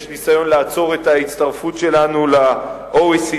יש ניסיון לעצור את ההצטרפות שלנו ל-OECD,